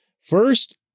First